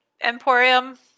Emporium